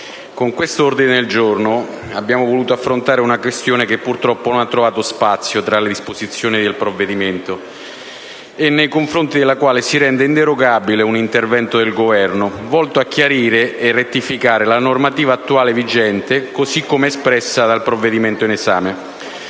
Con l'ordine del giorno G1.106 abbiamo voluto affrontare una questione che purtroppo non ha trovato spazio tra le disposizioni del provvedimento e nei confronti della quale si rende inderogabile un intervento del Governo, volto a chiarire e rettificare la normativa attualmente vigente così come espressa dal provvedimento in esame.